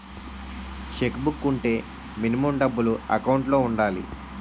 Check book వుంటే minimum డబ్బులు account లో ఉండాలి?